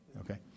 Okay